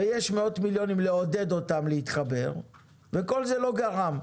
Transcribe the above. ויש מאות מיליונים לעודד אותם להתחבר וכל זה לא גרם.